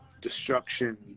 destruction